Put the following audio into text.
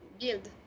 build